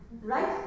right